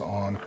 on